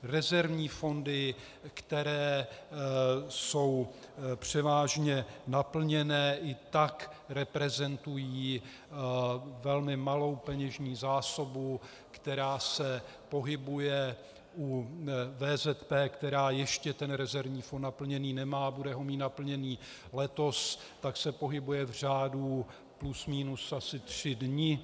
Rezervní fondy, které jsou převážně naplněné, i tak reprezentují velmi malou peněžní zásobu, která se pohybuje u VZP, která ještě ten rezervní fond naplněný nemá bude ho mít naplněný letos tak se pohybuje v řádu plus minus asi tři dny.